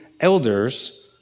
elders